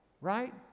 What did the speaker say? right